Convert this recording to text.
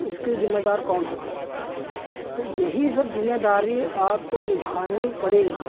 तो इसका जिम्मेदार कौन होगा तो यही सब जिम्मेदारी आपको निभानी पड़ेगी